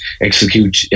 execute